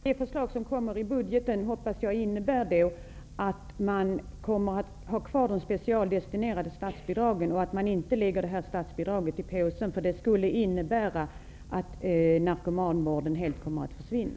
Herr talman! Jag hoppas att det förslag som framläggs i budgetpropositionen kommer att innebära att de specialdestinerade statsbidragen skall vara kvar och att man inte lägger statsbidraget i påsen. Annars kommer narkomanvården att helt försvinna.